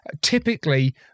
typically